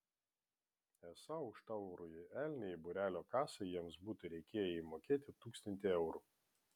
esą už taurųjį elnią į būrelio kasą jiems būtų reikėję įmokėti tūkstantį eurų